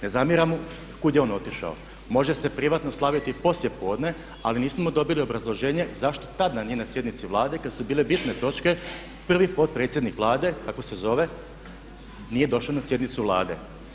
Ne zamjeram mu kud je on otišao, može se privatno slaviti i poslije podne ali nismo dobili obrazloženje zašto tada nije na sjednici Vlade kad su bile bitne točke, prvi potpredsjednik Vlade tako se zove nije došao na sjednicu Vlade.